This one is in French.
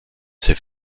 c’est